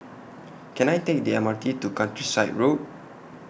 Can I Take The M R T to Countryside Road